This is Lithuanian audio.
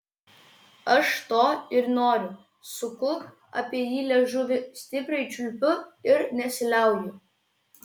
aš to ir noriu suku apie jį liežuviu stipriai čiulpiu ir nesiliauju